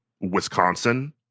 Wisconsin